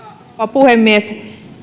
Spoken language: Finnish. puhemies